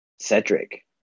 Cedric